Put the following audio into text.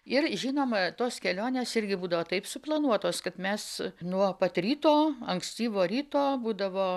ir žinoma tos kelionės irgi būdavo taip suplanuotos kad mes nuo pat ryto ankstyvo ryto būdavo